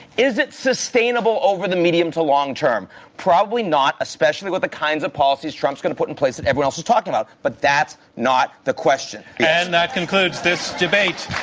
is it sustainable over the medium to long term? probably not, especially with the kinds of policies trump's going to put in place that everyone else is talking about. but that's not the question. and that concludes this debate.